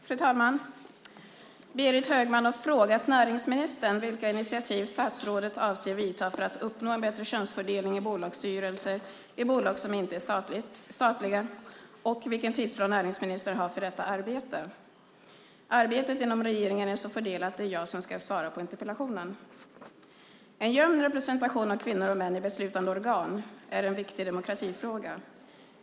Fru talman! Berit Högman har frågat näringsministern vilka initiativ statsrådet avser att vidta för att uppnå en bättre könsfördelning i bolagsstyrelser i bolag som inte är statliga och vilken tidsplan näringsministern har för detta arbete. Arbetet inom regeringen är så fördelat att det är jag som ska svara på interpellationen. En jämn representation av kvinnor och män i beslutande organ är en viktig demokratifråga.